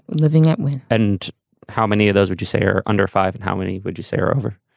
living at when and how many of those would you say are under five and how many would you say are over?